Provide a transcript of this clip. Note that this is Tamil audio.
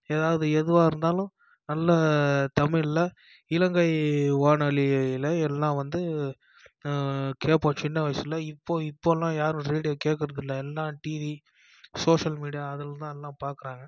எதாவது எதுவாக இருந்தாலும் நல்ல தமிழில் இலங்கை வானொலியில் எல்லாம் வந்து கேட்போம் சின்ன வயசில் இப்போ இப்போலாம் யாரும் ரேடியோ கேட்குறதில்லை எல்லாம் டிவி சோசியல் மீடியா அதுலலாம் எல்லாம் பார்க்குறாங்க